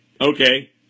okay